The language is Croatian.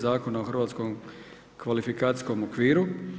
Zakona o Hrvatskom kvalifikacijskom okviru.